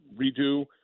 redo